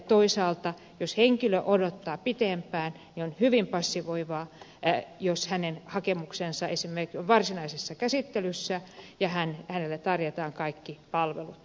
toisaalta jos henkilö odottaa pitempään ja hänen hakemuksensa esimerkiksi on varsinaisessa käsittelyssä on hyvin passivoivaa jos hänelle tarjotaan kaikki palvelut valmiina